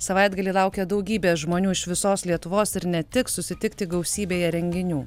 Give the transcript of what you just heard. savaitgalį laukia daugybė žmonių iš visos lietuvos ir ne tik susitikti gausybėje renginių